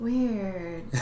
Weird